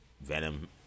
Venom